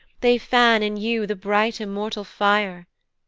they fan in you the bright immortal fire,